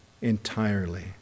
entirely